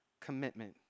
commitment